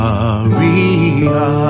Maria